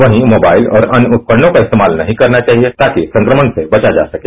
वहीं मोबाइल और अन्य उपकरणों का इस्तेमाल नहीं करना चाहिए ताकि संक्रमण से बचा जा सके